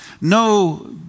No